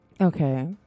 Okay